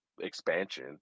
expansion